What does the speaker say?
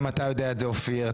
גם אתה יודע את זה אופיר,